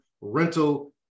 rental